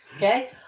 Okay